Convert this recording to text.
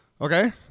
Okay